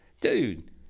dude